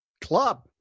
club